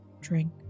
Drink